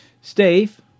Steve